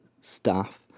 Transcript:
staff